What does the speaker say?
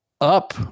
up